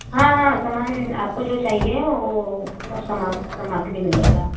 हाँ हाँ सामान आपको जो चाहिए वो सब सामान मिल जाएगा